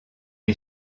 est